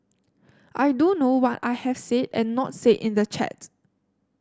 I do know what I have said and not said in the chat